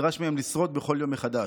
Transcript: נדרש מהם לשרוד בכל יום מחדש.